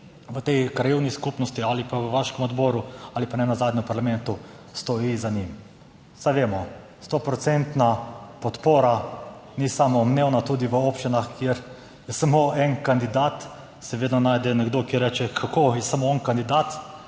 v tej krajevni skupnosti ali pa v vaškem odboru ali pa nenazadnje v parlamentu stoji za njim. Saj vemo, stoprocentna podpora ni samoumevna. Tudi v občinah, kjer je samo en kandidat, se vedno najde nekdo, ki reče, kako je samo on kandidat,